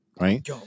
right